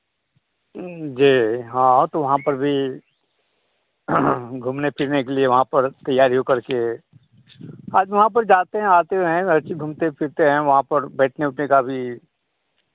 जी हाँ तो वहाँ पर भी घूमने फिरने के लिए वहाँ पर तैयारी ओ करके आदमी वहाँ पर जाते हैं आते हैं ऐसे ही घूमते फिरते हैं वहाँ पर बैठने उठने का भी